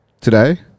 today